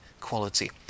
quality